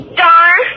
darn